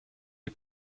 die